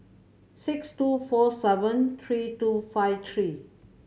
six two four seven three two five three